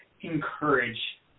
Encourage